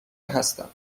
هستم